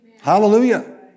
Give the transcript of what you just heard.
Hallelujah